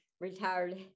retired